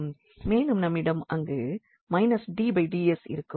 மேலும் நம்மிடம் அங்கு dds இருக்கும்